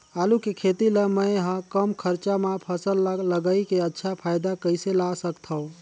आलू के खेती ला मै ह कम खरचा मा फसल ला लगई के अच्छा फायदा कइसे ला सकथव?